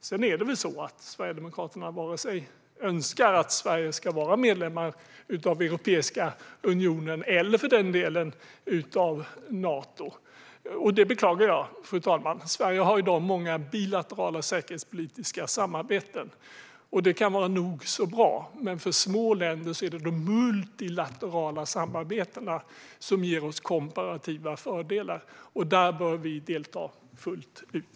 Sedan är det väl så att Sverigedemokraterna inte önskar att Sverige ska vara medlem av vare sig Europeiska unionen eller för den delen Nato. Det beklagar jag, fru talman. Sverige har i dag många bilaterala säkerhetspolitiska samarbeten, och det kan vara nog så bra. Men för små länder är det de multilaterala samarbetena som ger oss komparativa fördelar, och där bör vi delta fullt ut.